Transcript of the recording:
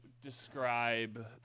describe